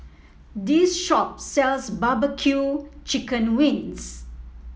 this shop sells bbq Chicken Wings